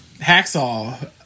Hacksaw